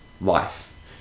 life